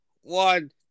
One